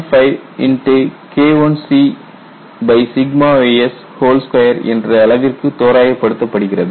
5 K1cys2 என்ற அளவிற்கு தோராய படுத்தப்படுகிறது